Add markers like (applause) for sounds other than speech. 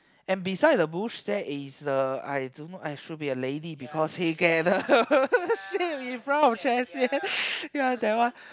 and beside the bush there is a I don't know !aiya! should be a lady because he can (laughs) shape in front of chairs ya that one